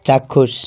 চাক্ষুষ